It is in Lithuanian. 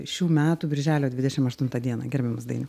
šių metų birželio dvidešimt aštuntą dieną gerbiamas dainiau